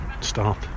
start